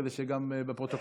כדי שגם בפרוטוקולים